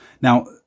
Now